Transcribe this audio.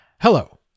Hello